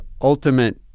ultimate